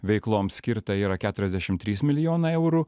veikloms skirta yra keturiasdešim trys milijonai eurų